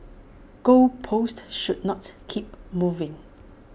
goal posts should not keep moving